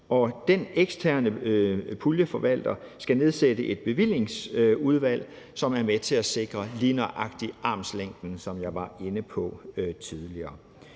den eksterne puljeforvalter skal nedsætte et bevillingsudvalg, som er med til at sikre lige nøjagtig armslængden, som jeg var inde på tidligere.